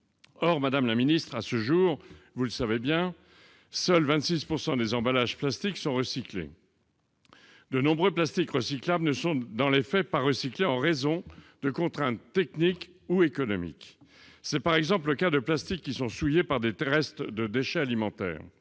or madame la ministre, à ce jour, vous le savez bien, seuls 26 pourcent des emballages plastique sont recyclés. De nombreux plastiques recyclables ne sont dans les faits, pas en raison de contraintes techniques ou économiques, c'est par exemple le cas de plastique qui sont souillées par des restes de déchets alimentaires